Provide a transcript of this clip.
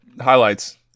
Highlights